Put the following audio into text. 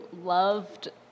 loved